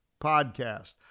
podcast